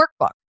workbook